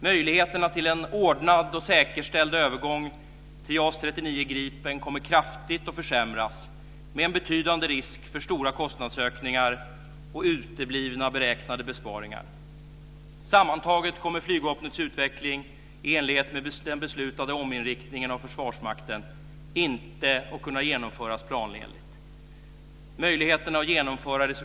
Möjligheterna till en ordnad och säkerställd övergång till JAS 39 Gripen kommer att försämras kraftigt, med en betydande risk för stora kostnadsökningar och uteblivna beräknade besparingar. Sammantaget kommer Flygvapnets utveckling i enlighet med den beslutade ominriktningen av Försvarsmakten inte att kunna genomföras planenligt.